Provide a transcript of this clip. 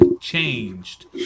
changed